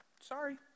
sorry